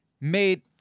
made